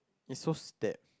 is so step